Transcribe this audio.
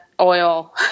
oil